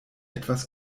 etwas